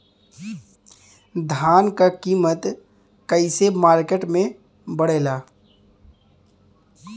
धान क कीमत कईसे मार्केट में बड़ेला?